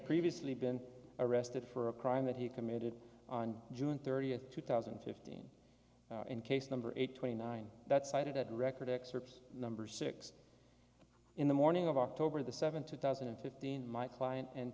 previously been arrested for a crime that he committed on june thirtieth two thousand and fifteen and case number eight twenty nine that cited record excerpt number six in the morning of october the seventh two thousand and fifteen my client and